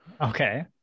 Okay